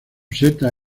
seta